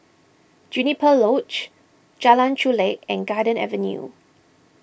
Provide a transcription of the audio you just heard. Juniper Lodge Jalan Chulek and Garden Avenue